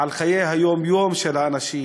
על חיי היום-יום של האנשים,